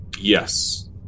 Yes